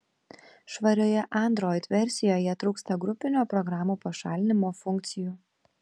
švarioje android versijoje trūksta grupinio programų pašalinimo funkcijų